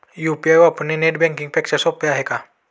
UPI वापरणे net banking पेक्षा सोपे आहे का?